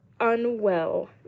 unwell